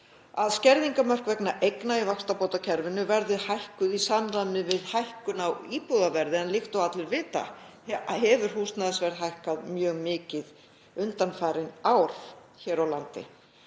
að skerðingarmörk vegna eigna í vaxtabótakerfinu verði hækkuð í samræmi við hækkun á íbúðaverði en líkt og allir vita hefur húsnæðisverð hækkað mjög mikið undanfarin ár hér á landi.